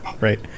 right